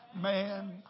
man